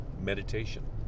meditation